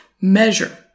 measure